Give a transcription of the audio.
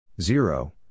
zero